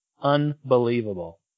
Unbelievable